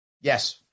Yes